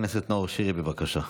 חבר הכנסת נאור שירי, בבקשה.